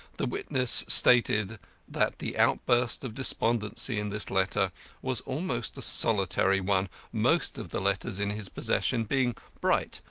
the witness stated that the outburst of despondency in this letter was almost a solitary one, most of the letters in his possession being bright,